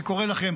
אני קורא לכם,